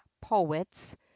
poets